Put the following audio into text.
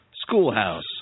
Schoolhouse